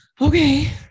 okay